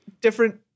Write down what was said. different